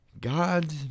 God